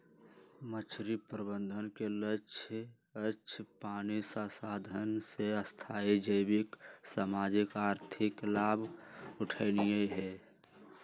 मछरी प्रबंधन के लक्ष्य अक्षय पानी संसाधन से स्थाई जैविक, सामाजिक, आर्थिक लाभ उठेनाइ हइ